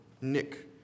Nick